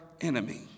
enemy